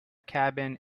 cabin